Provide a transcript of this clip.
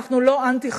אנחנו לא אנטי-חרדים.